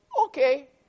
okay